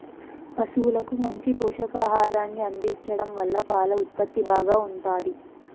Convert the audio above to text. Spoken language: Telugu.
పసువులకు మంచి పోషకాహారాన్ని అందించడం వల్ల పాల ఉత్పత్తి బాగా ఉంటాది